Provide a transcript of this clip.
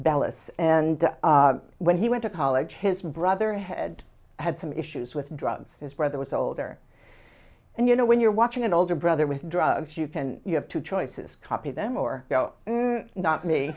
ballasts and when he went to college his brother had had some issues with drugs his brother was older and you know when you're watching an older brother with drugs you can you have two choices copy them or go not me